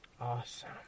Awesome